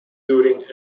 during